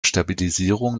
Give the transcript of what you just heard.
stabilisierung